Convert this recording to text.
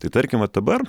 tai tarkim vat dabar